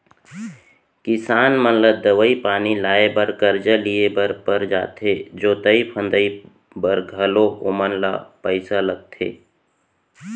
किसान मन ला दवई पानी लाए बर करजा लिए बर पर जाथे जोतई फंदई बर घलौ ओमन ल पइसा लगथे